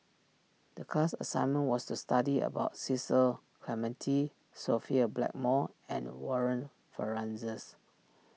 the class assignment was to study about Cecil Clementi Sophia Blackmore and Warren Fernandez's